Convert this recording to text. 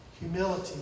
Humility